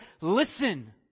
listen